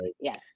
yes